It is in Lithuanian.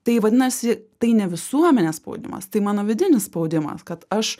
tai vadinasi tai ne visuomenės spaudimas tai mano vidinis spaudimas kad aš